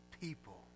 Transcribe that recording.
people